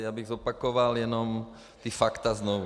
Já bych zopakoval jenom ta fakta znovu.